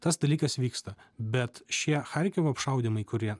tas dalykas vyksta bet šie charkivo apšaudymai kurie